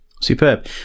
Superb